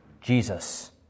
Jesus